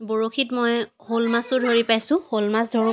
বৰশীত মই শ'লমাছো ধৰি পাইছোঁ শ'লমাছ ধৰোঁ